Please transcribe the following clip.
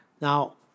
Now